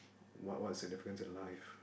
what what significance in life